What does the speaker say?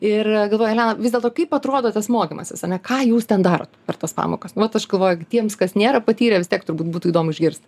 ir galvoju elena vis dėlto kaip atrodo tas mokymasis a ne ką jūs ten darot per tas pamokas nu vat aš galvoju tiems kas nėra patyrę vis tiek turbūt būtų įdomu išgirst